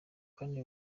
kane